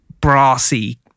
Brassy